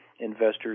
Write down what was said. investors